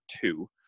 two